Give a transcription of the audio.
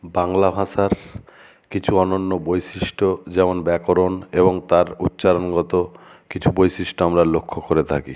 বাংলা ভাষার কিছু অনন্য বৈশিষ্ট্য যেমন ব্যাকরণ এবং তার উচ্চারণগত কিছু বৈশিষ্ট্য আমরা লক্ষ্য করে থাকি